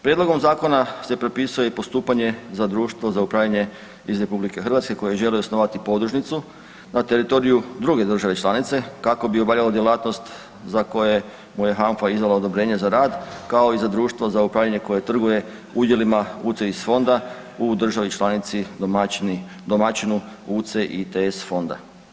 Prijedlogom zakona se propisuje i postupanje za društvo za upravljanje iz RH kojim žele osnovati podružnicu na teritoriju druge države članice kako bi obavljalo djelatnost za koje mu je HANFA izdala odobrenje za rad, kao i za društvo za upravljanje koje trguje udjelima UCITS fonda u državi članici domaćinu UCITS fonda.